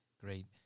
Great